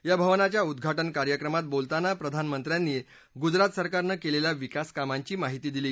या भवनाच्या उद्घाटन कार्यक्रमात बोलताना प्रधानमंत्र्यांनी गुजरात सरकारनं केलेल्या विकासकामांची माहिती दिली